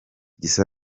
gisa